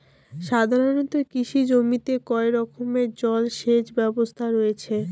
সাধারণত কৃষি জমিতে কয় রকমের জল সেচ ব্যবস্থা রয়েছে?